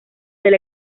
del